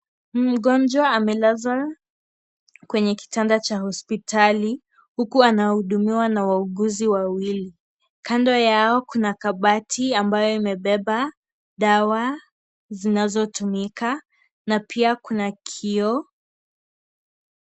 Mgonjwa amelazwa kwenye kitanda cha hospitali huku anahudumiwa na wauguzi wawili. Kando Yao Kuna kabati ambao imebeba dawa zinazo tumika na pia Kuna kioo.